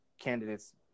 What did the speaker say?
candidates